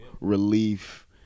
relief